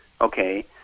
okay